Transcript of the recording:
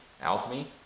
alchemy